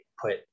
put